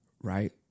right